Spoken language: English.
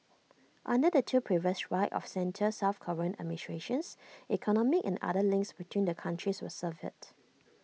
under two previous right of centre south Korean administrations economic and other links between the countries were severed